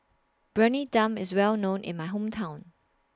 Briyani Dum IS Well known in My Hometown